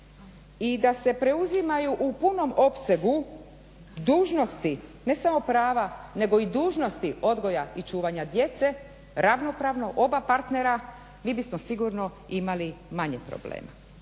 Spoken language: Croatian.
i da se preuzimaju u punom opsegu dužnosti ne samo prava nego i dužnosti odgoja i čuvanja djece ravnopravno, oba partnera mi bismo sigurno imali manje problema.